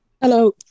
Hello